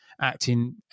acting